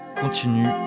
continue